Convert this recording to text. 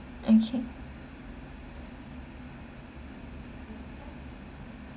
okay